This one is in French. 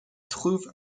trouve